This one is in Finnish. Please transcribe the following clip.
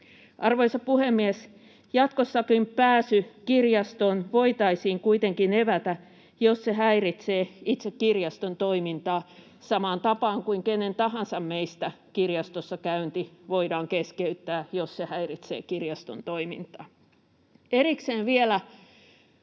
Arvoisa puhemies! Jatkossakin pääsy kirjastoon voitaisiin kuitenkin evätä, jos se häiritsee itse kirjaston toimintaa samaan tapaan kuin kenen tahansa meistä kirjastossa käynti voidaan keskeyttää, jos se häiritsee kirjaston toimintaa. Erikseen vielä